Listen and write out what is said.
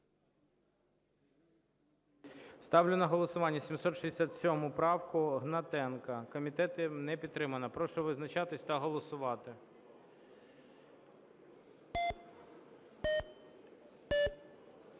Ставлю на голосування 767 правку Гнатенка. Комітетом не підтримана. Прошу визначатись та голосувати.